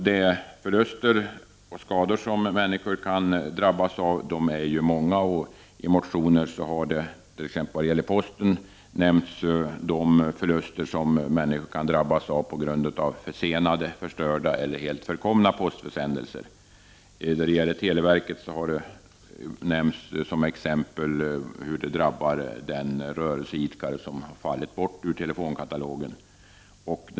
De förluster och skador som människor kan drabbas av är många. I motioner har, exempelvis vad gäller posten, nämnts de förluster som människor kan drabbas av på grund av försenade, förstörda eller förkomna postförsändelser. Vad gäller televerket har som exempel nämnts hur den rörelseidkare som har fallit bort ur katalogen drabbas.